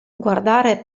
guardare